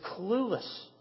clueless